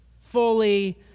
fully